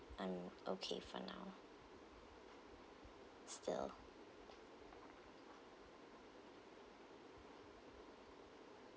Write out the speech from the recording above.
I'm okay for now still